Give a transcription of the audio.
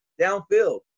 downfield